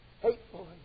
hateful